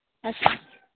ᱟᱪᱪᱷᱟ